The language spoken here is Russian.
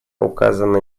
указаны